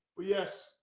Yes